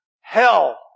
Hell